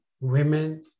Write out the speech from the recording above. women